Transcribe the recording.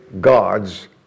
God's